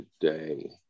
today